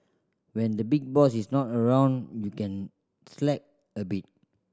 when the big boss is not around you can slack a bit